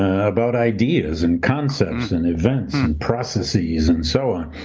ah about ideas and concepts and events and processes, and so on.